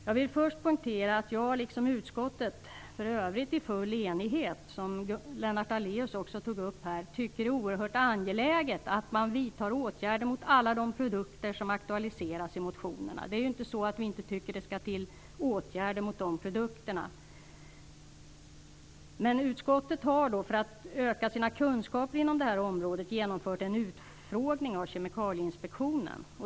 Jag vill först poängtera att jag liksom utskottet - för övrigt i full enighet, vilket Lennart Daléus också tog upp - tycker att det är oerhört angeläget att man vidtar åtgärder mot alla de produkter som aktualiseras i motionerna. Det är inte så att vi inte tycker att det skall till åtgärder mot de produkterna. Utskottet har för att öka sina kunskaper inom detta område genomfört en utfrågning av Kemikalieinspektionen.